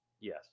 Yes